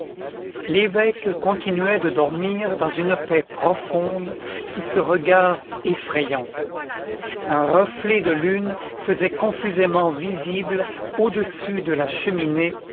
l'évêque continuait de dormir dans une paix profonde sous ce regard effrayant un reflet de lune faisait confusément visible au-dessus de la cheminée